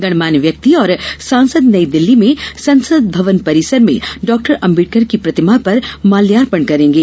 गणमान्य व्यक्ति और सांसद नई दिल्ली में संसद भवन परिसर में डाक्टर आंबेडकर की प्रतिमा पर माल्यार्पण करेंगे